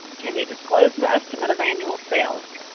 can you disclose and the estimate of annual sales?